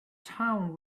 towns